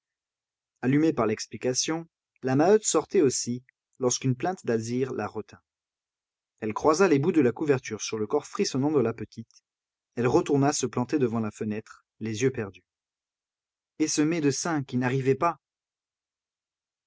allumée par l'explication la maheude sortait aussi lorsqu'une plainte d'alzire la retint elle croisa les bouts de la couverture sur le corps frissonnant de la petite elle retourna se planter devant la fenêtre les yeux perdus et ce médecin qui n'arrivait pas